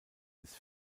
des